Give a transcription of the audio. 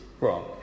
wrong